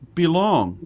belong